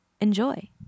Enjoy